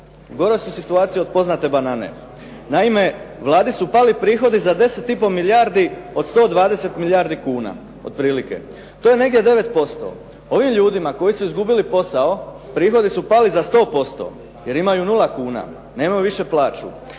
goroj su situaciji od poznate "banane". Naime, Vladi su pali prihodi za 10,5 milijardi od 120 milijardi kuna otprilike. To je negdje 9%. Ovim ljudima koji su izgubili posao prihodi su pali za 100% jer imaju nula kuna, nemaju više plaću.